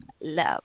love